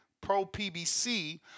pro-PBC